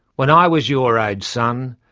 when i was your age, son,